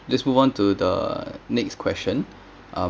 let's move on to the next question um